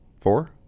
Four